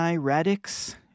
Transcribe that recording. radix